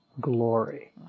glory